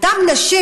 אותן נשים,